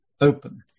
open